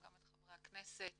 גם את חברי הכנסת